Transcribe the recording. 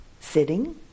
Sitting